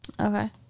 Okay